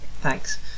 Thanks